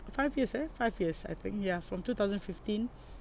five years uh five years I think ya from two thousand fifteen